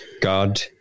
God